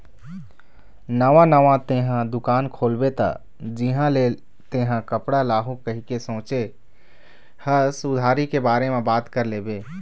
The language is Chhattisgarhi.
नवा नवा तेंहा दुकान खोलबे त जिहाँ ले तेंहा कपड़ा लाहू कहिके सोचें हस उधारी के बारे म बात कर लेबे